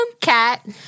cat